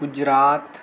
Gujarat